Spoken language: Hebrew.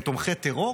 הם תומכי טרור?